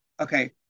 okay